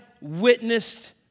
witnessed